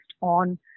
on